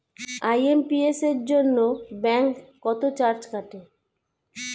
IMPS এর জন্য bank কত চার্জ কাটে?